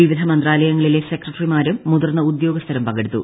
വിവിധ മന്ത്രാലയങ്ങളിലെ സെക്രട്ടറിമാരും മുതിർന്ന ഉദ്യോഗസ്ഥരും പങ്കെടുത്തു